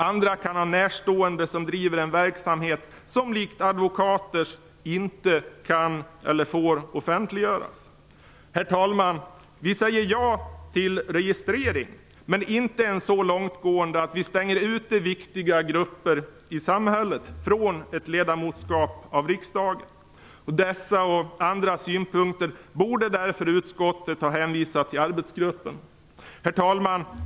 Andra kan ha närstående som driver en verksamhet som likt advokaters inte kan eller får offentliggöras. Herr talman! Vi säger ja till registrering, men den skall inte vara så långtgående att viktiga grupper i samhället stängs ute från ett ledamotskap i riksdagen. Dessa och andra synpunkter borde därför utskottet ha hänvisat till arbetsgruppen. Herr talman!